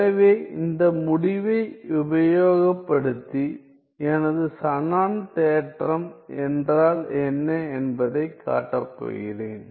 எனவே இந்த முடிவை உபயோகப்படுத்தி எனது ஷானன் தேற்றம் என்றால் என்ன என்பதைக் காட்டப் போகிறேன்